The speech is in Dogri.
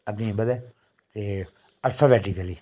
अग्गें ही बधै ते अल्फाबैटिक्ली